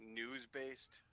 news-based